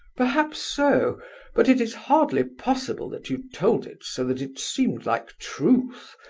perhaps so but it is hardly possible that you told it so that it seemed like truth,